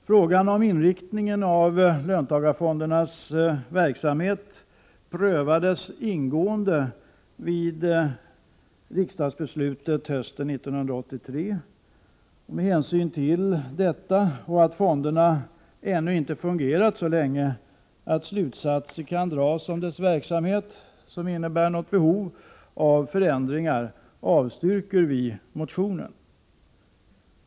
Frågan om inriktningen av löntagarfondernas verksamhet prövades ingående vid riksdagsbeslutet hösten 1983. Med hänsyn till detta och till att fonderna ännu inte fungerat så länge att slutsatser kan dras av verksamheten som skulle innebära behov av förändringar avstyrker vi motionen.